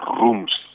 rooms